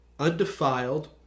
undefiled